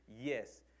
yes